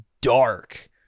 dark